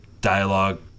dialogue